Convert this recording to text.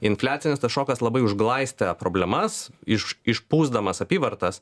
infliacinis tas šokas labai užglaistė problemas iš išpūsdamas apyvartas